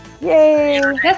Yay